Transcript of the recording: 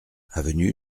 avenue